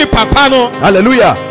Hallelujah